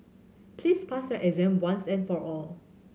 please pass your exam once and for all